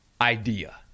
idea